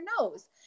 nose